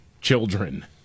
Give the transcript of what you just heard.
children